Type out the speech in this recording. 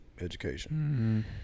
education